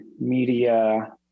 media